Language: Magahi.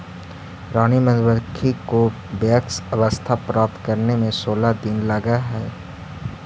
रानी मधुमक्खी को वयस्क अवस्था प्राप्त करने में सोलह दिन लगह हई